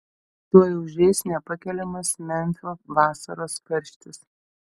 tuoj užeis nepakeliamas memfio vasaros karštis